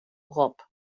rob